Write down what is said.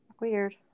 Weird